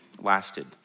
lasted